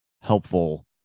helpful